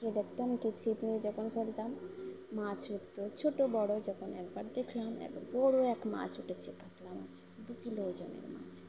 গিয়ে দেখতম কি ছিপ যখন ফেলতাম মাছ উঠতো ছোটো বড়ো যখন একবার দেখলাম এক বড়ো এক মাছ উঠেছে কাতলা মাছ দু কিলো ওজনের মাছ